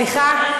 סליחה?